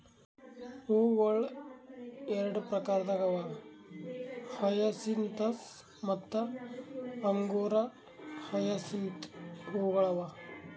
ಹೂವುಗೊಳ್ ಎರಡು ಪ್ರಕಾರದಾಗ್ ಅವಾ ಹಯಸಿಂತಸ್ ಮತ್ತ ಅಂಗುರ ಹಯಸಿಂತ್ ಹೂವುಗೊಳ್ ಅವಾ